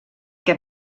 que